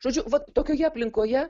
žodžiu vat tokioje aplinkoje